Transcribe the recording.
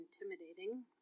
intimidating